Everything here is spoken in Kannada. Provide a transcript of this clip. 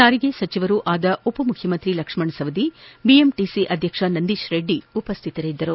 ಸಾರಿಗೆ ಸಚಿವರೂ ಆದ ಉಪಮುಖ್ಯಮಂತ್ರಿ ಲಕ್ಷಣ ಸವದಿ ಬಿಎಂಟಸಿ ಅಧ್ಯಕ್ಷ ನಂದೀಶ ರೆಡ್ಡಿ ಹಾಜರಿದ್ದರು